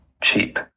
cheap